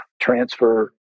transfer